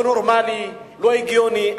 לא נורמלי, לא הגיוני.